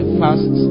fast